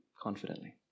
confidently